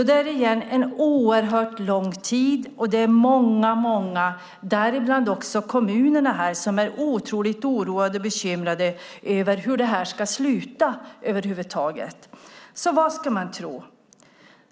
Det är en oerhört lång tid, och det är många, däribland också kommunerna, som är otroligt oroade och bekymrad över hur det här ska sluta. Vad ska man tro?